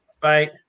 Bye